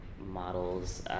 models